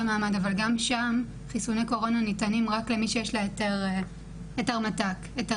מעמד אבל גם שם חיסוני קורונה ניתנים רק למי שיש לה היתר שהייה.